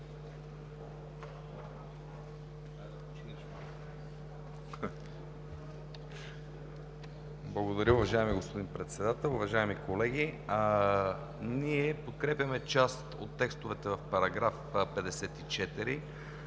Благодаря, уважаеми господин Председател. Уважаеми колеги! Ние подкрепяме част от текстовете в § 54,